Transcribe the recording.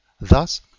thus